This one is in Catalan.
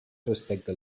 respecte